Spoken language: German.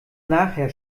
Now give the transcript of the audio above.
nachher